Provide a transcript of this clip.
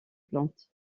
plantes